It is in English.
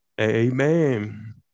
Amen